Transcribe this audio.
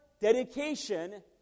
dedication